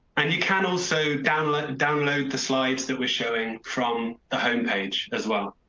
and you can also download download the slides that were showing from the home page as well.